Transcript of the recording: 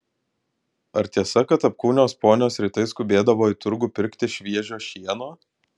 ar tiesa kad apkūnios ponios rytais skubėdavo į turgų pirkti šviežio šieno